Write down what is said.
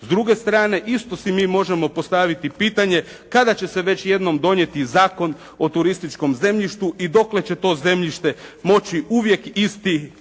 S druge strane isto si mi možemo postaviti pitanje kada će se već jednom donijeti Zakon o turističkom zemljištu i dokle će to zemljište moći uvijek isti